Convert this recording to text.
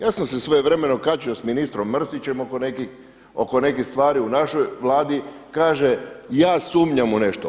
Ja sam se svojevremeno kačio s ministrom Mrsićem oko nekih stvari u našoj vladi, kaže ja sumnjam u nešto.